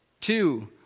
Two